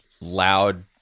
loud